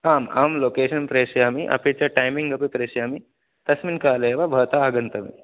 आम् अहं लोकेशन् प्रेषयामि अपि च टैमिङ्ग् अपि प्रेषयामि तस्मिन् काले एव भवता आगन्तव्यम्